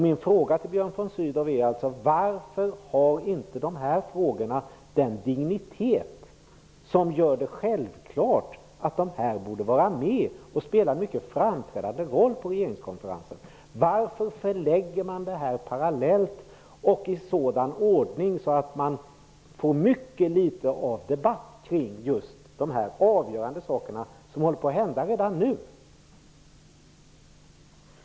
Mina frågor till Björn von Sydow är: Varför har inte dessa frågor den dignitet som borde göra det självklart att de fick spela en mycket framträdande roll på regeringskonferensen? Varför förlägger man detta parallellt, och i en sådan ordning att det blir en mycket liten debatt kring de avgörande saker som håller på att hända redan nu?